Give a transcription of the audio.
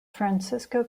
francisco